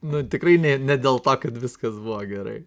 nu tikrai ne ne dėl to kad viskas buvo gerai